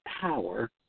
power